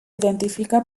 identifica